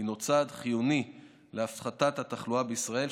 הינה צעד חיוני להפחתת התחלואה בישראל,